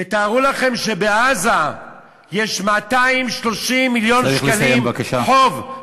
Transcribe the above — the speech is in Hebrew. תתארו לכם שבעזה יש 230 מיליון שקלים חוב,